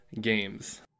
Games